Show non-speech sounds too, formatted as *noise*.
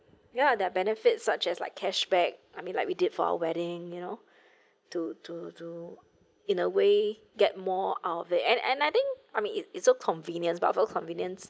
ya that benefits such as like cash back I mean like we did for our wedding you know *breath* to to to in a way get more out of it and and I think I mean it it's so convenient baffle convenience